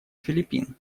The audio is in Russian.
филиппин